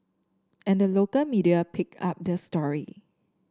and the local media picked up the story